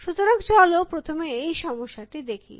সুতরাং চলো প্রথমে এই সমস্যাটি দেখি